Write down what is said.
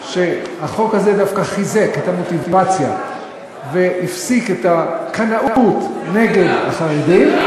שהחוק הזה דווקא חיזק את המוטיבציה והפסיק את הקנאות נגד החרדים,